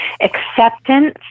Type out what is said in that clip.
acceptance